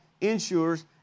insurers